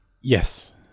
Yes